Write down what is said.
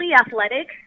athletic